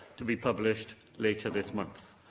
to be published later this month.